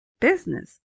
business